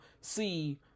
see